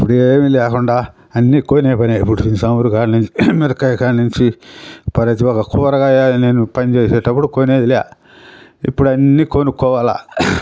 ఇప్పుడేమీ లేకుండా అన్నీ కొనే పనే ఇప్పుడు చమురు కాడ నుంచి మిరపకాయ కాడ నుంచి కనీసం ఒక కూరగాయ నేను పని చేసేటప్పుడు కొనేదిలే ఇప్పుడు అన్నీ కొనుక్కోవాలి